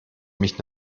mich